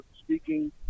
speaking